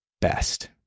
best